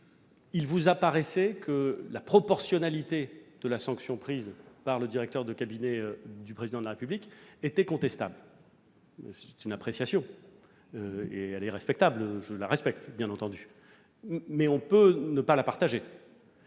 le président, que la proportionnalité de la sanction prise par le directeur de cabinet du Président de la République était contestable. C'est une appréciation, qui est respectable et que je respecte, bien entendu, mais on peut ne pas la partager.